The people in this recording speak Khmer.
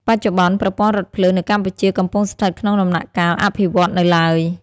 បច្ចុប្បន្ន ប្រព័ន្ធរថភ្លើងនៅកម្ពុជាកំពុងស្ថិតក្នុងដំណាក់កាលអភិវឌ្ឍនៅឡើយ។